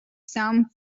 some